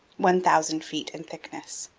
one thousand feet in thickness.